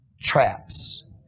Traps